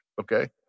okay